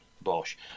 bosh